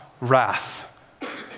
wrath